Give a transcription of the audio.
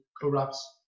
corrupts